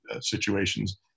situations